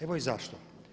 Evo i zašto.